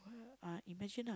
uh imagine ah